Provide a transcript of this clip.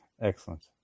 Excellent